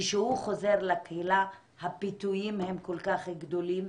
כשהוא חוזר לקהילה הפיתויים הם כל כך גדולים,